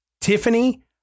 Tiffany